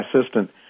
assistant